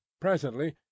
Presently